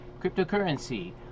cryptocurrency